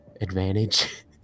advantage